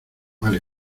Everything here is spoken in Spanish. mal